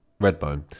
Redbone